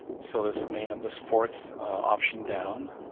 so this i mean and this fourth option down.